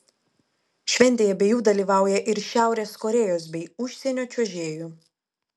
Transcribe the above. šventėje be jų dalyvauja ir šiaurės korėjos bei užsienio čiuožėjų